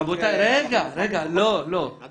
עד